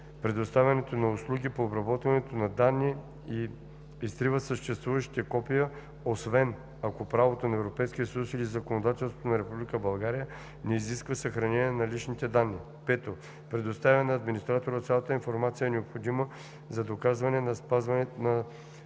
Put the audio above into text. предоставянето на услуги по обработването на данни и изтрива съществуващите копия, освен ако правото на Европейския съюз или законодателството на Република България не изисква съхранение на личните данни; 5. предоставя на администратора цялата информация, необходима за доказване на спазването на